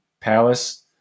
palace